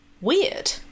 weird